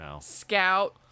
Scout